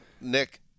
Nick